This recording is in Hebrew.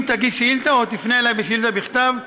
אם תגיש שאילתה או תפנה אליי בשאילתה בכתב,